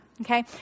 okay